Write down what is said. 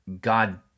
God